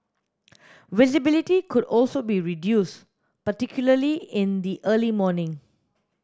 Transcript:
visibility could also be reduced particularly in the early morning